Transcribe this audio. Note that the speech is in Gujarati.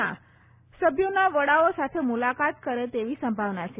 ના સભ્યોના વડાઓ સાથે મુલાકાત કરે તેવી સંભાવના છે